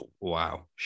Wow